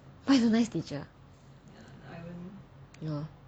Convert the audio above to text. but he is a nice teacher you know